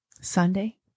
sunday